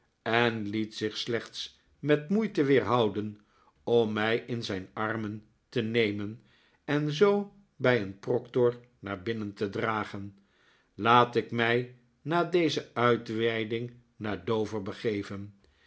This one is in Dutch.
en liet zich slechts met moeite weerhouden om mij in zijn armen te nemen en zoo bij een proctor naar binnen te dragen laat ik mij na deze uitweiding naar dover begeven